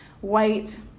white